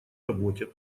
работе